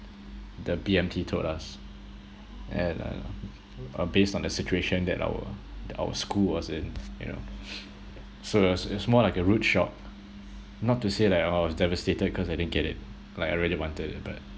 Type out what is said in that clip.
the B_M_T told us and uh based on the situation that our th~ our school was in you know serves as more like a rude shock not to say that I was devastated cause I didn't get it like I really wanted it but